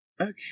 Okay